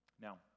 Now